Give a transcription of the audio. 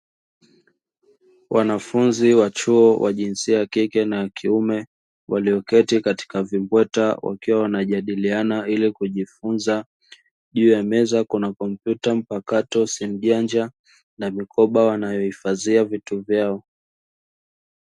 Wanafunzi wa chuo wa jinsia ya kike na ya kiume walioketi katika vimbweta wakiwa wanajadiliana ili kujifunza. Juu ya meza kuna kompyutampakato, simujanja na mikoba wanayo hifadhia vitu vyao.